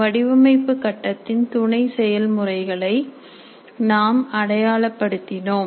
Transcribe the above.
வடிவமைப்பு கட்டத்தின் துணை செயல் முறைகளை நாம் அடையாளப்படுத்தினோம்